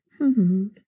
-hmm